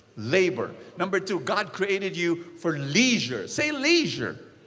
labor. number two. god created you for leisure. say, leisure.